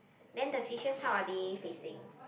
then the fishes how are they facing